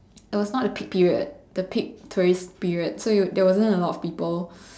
it was not the peak period the peak tourist period so there wasn't a lot of people